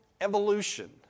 evolution